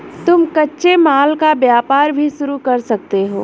तुम कच्चे माल का व्यापार भी शुरू कर सकते हो